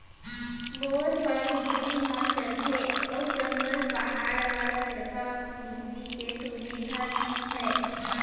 bore ह बिजली म चलथे अउ जंगल, पहाड़ वाला जघा म बिजली के सुबिधा नइ हे